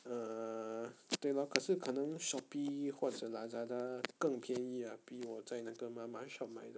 err 对 lor 可是可能 shopee 或者 lazada 更便宜 ah 比我在那个 mama shop 买的